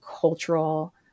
cultural